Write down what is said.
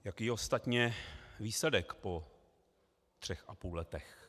Jaký je ostatně výsledek po třech a půl letech?